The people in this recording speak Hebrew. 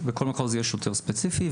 בכל מחוז יהיה שוטר ספציפי,